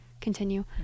Continue